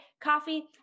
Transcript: coffee